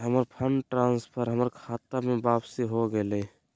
हमर fund transfer हमर खता में वापसी हो गेलय